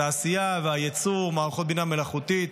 בתעשייה ובייצור מערכות בינה מלאכותית